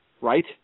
Right